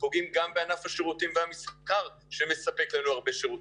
פוגעים גם בענף השירותים והמסחר שמספק לנו הרבה שירותים.